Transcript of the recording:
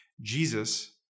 Jesus